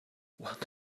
what